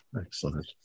Excellent